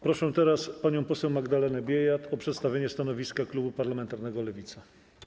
Proszę teraz panią poseł Magdalenę Biejat o przedstawienie stanowiska klubu parlamentarnego Lewica.